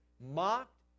mocked